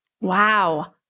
Wow